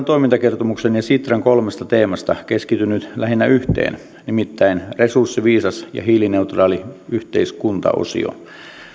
toimintakertomuksen ja sitran kolmesta teemasta keskityn nyt lähinnä yhteen nimittäin resurssiviisas ja hiilineutraali yhteiskunta osioon